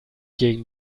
gegen